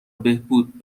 بهبود